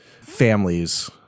families